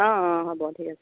অঁ অঁ হ'ব ঠিক আছে